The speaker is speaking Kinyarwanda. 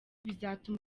bizatuma